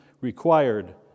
required